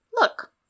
Look